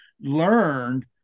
learned